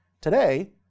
Today